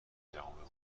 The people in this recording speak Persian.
جوامع